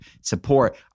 support